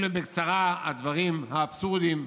אלה בקצרה הדברים האבסורדיים שבחוק,